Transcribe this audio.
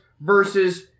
versus